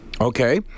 Okay